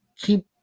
keep